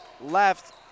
left